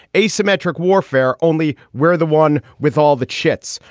asymmetric warfare only where the one with all the chits.